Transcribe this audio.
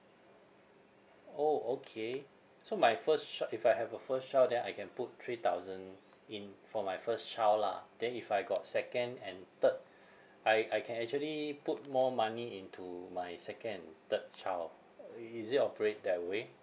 orh okay so my first chi~ if I have a first child then I can put three thousand in for my first child lah then if I got second and third I I can actually put more money into my second and third child i~ is it operate that way